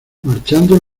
marchando